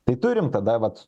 tai turim tada vat